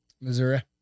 Missouri